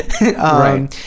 right